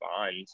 bond